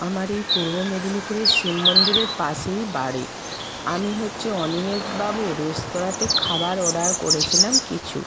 আমার এই পূর্ব মেদিনীপুরে শিব মন্দিরের পাশেই বাড়ি আমি হচ্ছে অনিমেষ বাবুর রেস্তোরাঁতে খাবার অর্ডার করেছিলাম কিছু